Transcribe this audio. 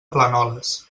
planoles